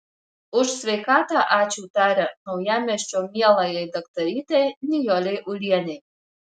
už sveikatą ačiū taria naujamiesčio mielajai daktarytei nijolei ulienei